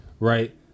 Right